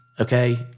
Okay